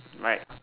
right